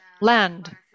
land